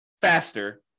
faster